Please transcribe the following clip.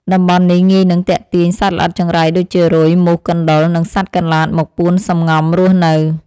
តំបន់នេះងាយនឹងទាក់ទាញសត្វល្អិតចង្រៃដូចជា រុយ មូស កណ្តុរ និងសត្វកន្លាតមកពួនសម្ងំរស់នៅ។